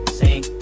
sing